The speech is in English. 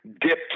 Dipped